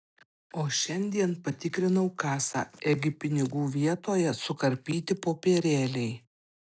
o šiandien patikrinau kasą ėgi pinigų vietoje sukarpyti popierėliai